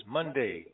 Monday